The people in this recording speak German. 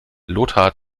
lothar